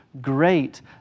great